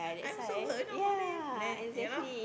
I also work you know whole day then you know